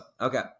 Okay